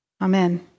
Amen